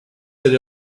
that